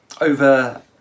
over